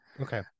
okay